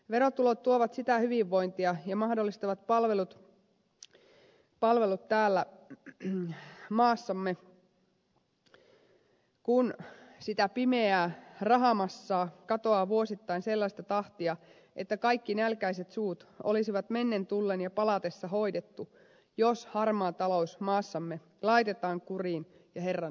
verotulot tuovat sitä hyvinvointia ja mahdollistavat palvelut täällä maassamme mutta nyt sitä pimeää rahamassaa katoaa vuosittain sellaista tahtia että kaikki nälkäiset suut olisi mennen tullen jo palatessa hoidettu jos harmaa talous maassamme olisi laitettu kuriin ja herran nuhteeseen